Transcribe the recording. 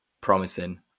promising